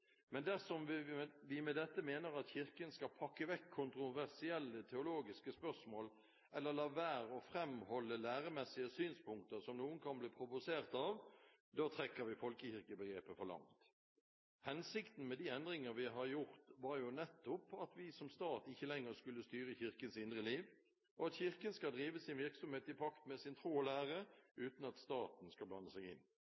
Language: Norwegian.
men dersom vi med dette mener at Kirken skal pakke vekk kontroversielle teologiske spørsmål, eller la være å framholde læremessige synspunkter som noen kan bli provosert av, trekker vi folkekirkebegrepet for langt. Hensikten med de endringer vi har gjort, var jo nettopp at vi som stat ikke lenger skulle styre Kirkens indre liv, og at Kirken skulle drive sin virksomhet i pakt med sin tro og lære uten at staten skulle blande seg inn.